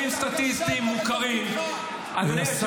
סטטיסטיים מוכרים --- משום שאתה נכשלת בתפקידך.